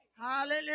Hallelujah